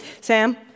Sam